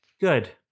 Good